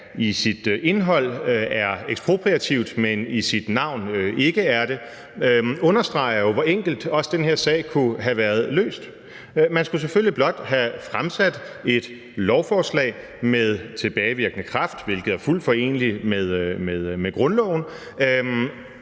i sit indhold er ekspropriativt, men i sit navn ikke er det, understreger jo, hvor enkelt også den her sag kunne have været løst. Man skulle selvfølgelig blot have fremsat et lovforslag med tilbagevirkende kraft, hvilket er fuldt foreneligt med grundloven,